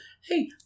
Hey